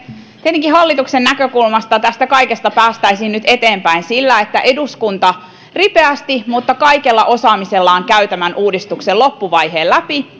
tietenkin hallituksen näkökulmasta tästä kaikesta päästäisiin nyt eteenpäin sillä että eduskunta ripeästi mutta kaikella osaamisellaan käy tämän uudistuksen loppuvaiheen läpi